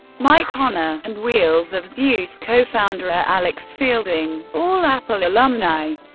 mike connor, and wheels of zeus co-founder alex fielding, all apple alumni,